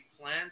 plan